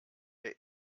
der